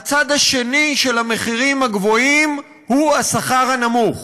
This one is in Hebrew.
הצד השני של המחירים הגבוהים הוא השכר הנמוך,